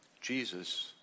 Jesus